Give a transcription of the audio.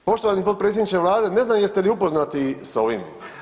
Poštovani predsjedniče Vlade ne znam jeste li upoznati s ovim?